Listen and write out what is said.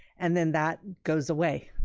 and then that goes away.